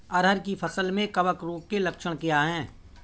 अरहर की फसल में कवक रोग के लक्षण क्या है?